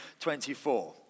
24